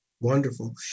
Wonderful